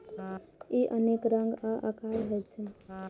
ई अनेक रंग आ आकारक होइ छै